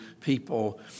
people